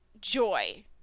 joy